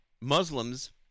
Muslims